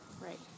right